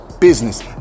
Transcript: business